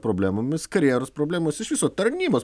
problemomis karjeros problemos iš viso tarnybos